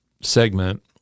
segment